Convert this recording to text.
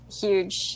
huge